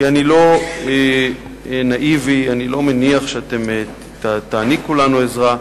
כי אני לא נאיבי ואני לא מניח שאתם תעניקו לנו עזרה,